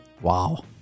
Wow